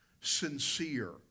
sincere